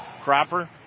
Cropper